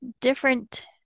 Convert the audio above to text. different